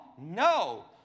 No